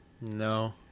No